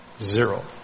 zero